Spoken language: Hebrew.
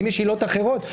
האם יש עילות אחרות,